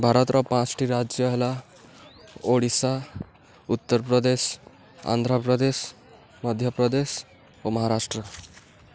ଭାରତର ପାଞ୍ଚଟି ରାଜ୍ୟ ହେଲା ଓଡ଼ିଶା ଉତ୍ତରପ୍ରଦେଶ ଆନ୍ଧ୍ରପ୍ରଦେଶ ମଧ୍ୟପ୍ରଦେଶ ଓ ମହାରାଷ୍ଟ୍ର